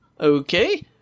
Okay